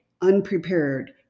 unprepared